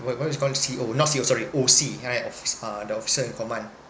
what what it's called C_O not C_O sorry O_C right office uh the officer in command